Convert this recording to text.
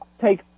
take